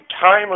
time